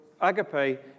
agape